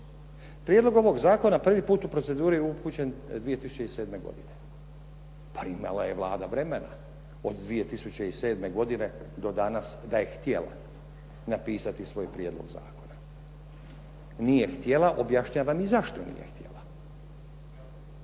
Prijedlog ovog zakona prvi put u proceduru je upućen 2007. godine. Pa imala je Vlada vremena od 2007. godine do danas da je htjela napisati svoj prijedlog zakona. Nije htjela, objašnjava ni zašto nije htjela.